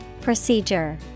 Procedure